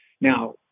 Now